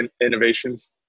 innovations